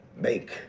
Make